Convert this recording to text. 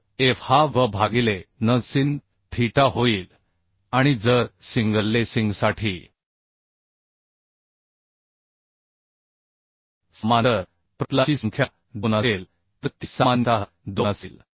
तर F हा V भागिले n sin थीटा होईल आणि जर सिंगल लेसिंगसाठी समांतर प्रतलाची संख्या 2 असेल तर ती सामान्यतः 2 असेल